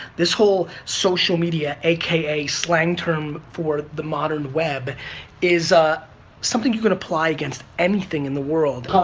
this whole social media, aka slang term for the modern web is ah something you could apply against anything in the world.